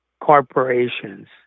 corporations